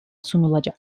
sunulacak